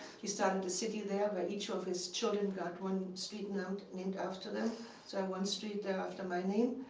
he started a city there, where each of his children got one street named named after them. so i have one street there after my name.